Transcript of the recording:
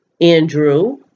Andrew